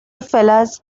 fellas